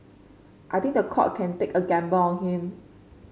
I think the court can take a gamble on him